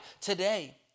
today